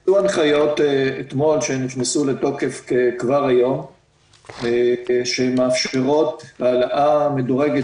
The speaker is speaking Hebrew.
ניתנו הנחיות אתמול שנכנסו לתוקף כבר היום שמאפשרות העלאה מדורגת